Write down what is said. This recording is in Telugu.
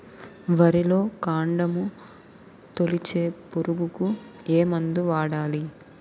వరిలో కాండము తొలిచే పురుగుకు ఏ మందు వాడాలి?